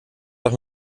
doch